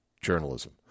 journalism